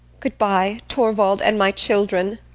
goodbye, torvald and my children!